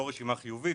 לא רשימה חיובית.